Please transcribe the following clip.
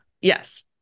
yes